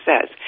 says